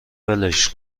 ولش